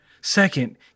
Second